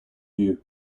view